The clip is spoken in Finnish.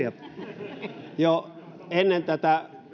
jo jo ennen tätä